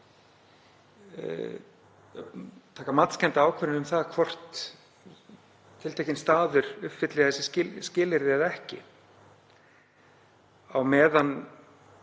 taka matskennda ákvörðun um það hvort tiltekinn staður uppfyllir þau skilyrði eða ekki, á meðan